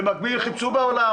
במקביל חיפשו בעולם.